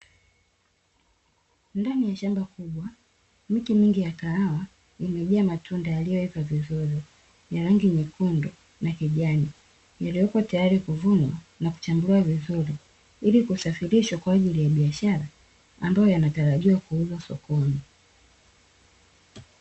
Ndani ya shamba kubwa, miti mingi ya kahawa imejaa matunda yaliyoiva vizuri ya rangi nyekundu na kijani, yaliyopo tayari kuvunwa na kuchambuliwa vizuri ili kusafirishwa kwa ajili ya biashara, ambayo yanatarajiwa kuuzwa sokoni.